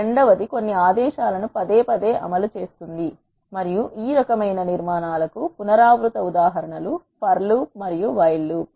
రెండవ ది కొన్ని ఆదేశాలను పదేపదే అమలు చేస్తుంది మరియు ఈ రకమైన నిర్మాణాలకు పునరావృత ఉదాహరణ లు ఫర్ లూప్ మరియు వైల్ లూప్